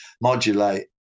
modulate